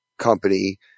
company